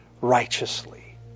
righteously